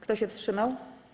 Kto się wstrzymał?